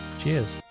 Cheers